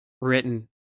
written